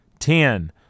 Ten